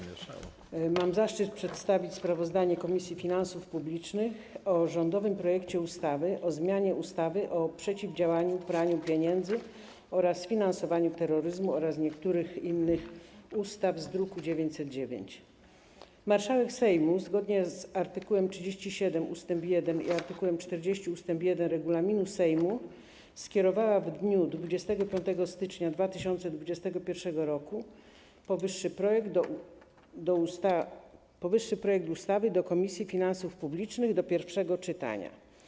Mam zaszczyt przedstawić sprawozdanie Komisji Finansów Publicznych o rządowym projekcie ustawy o zmianie ustawy o przeciwdziałaniu praniu pieniędzy oraz finansowaniu terroryzmu oraz niektórych innych ustaw z druku nr 909. Marszałek Sejmu, zgodnie z art. 37 ust. 1 i art. 40 ust. 1 regulaminu Sejmu, skierowała w dniu 25 stycznia 2021 r. powyższy projekt ustawy do Komisji Finansów Publicznych do pierwszego czytania.